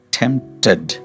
tempted